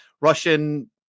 Russian